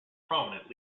prominent